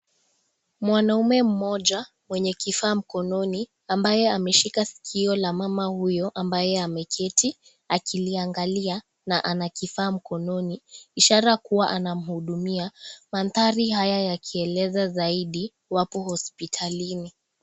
Mwanaume mmoja wenye kifaa mkononi ambaye ameshika sikio la mama huyo ambaye ameketi, akiliangalia na ana kifaa mkononi, ishara kuwa anamuhudumia, mandhari haya ya kieleza zaidi wako hospitalini.